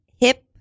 Hip